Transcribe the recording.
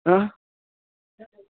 हा